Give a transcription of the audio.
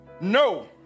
No